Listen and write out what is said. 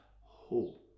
hope